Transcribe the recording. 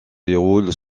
déroule